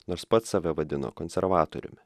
nors pats save vadino konservatoriumi